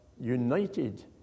united